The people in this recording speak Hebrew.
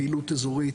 פעילות אזורית,